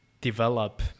develop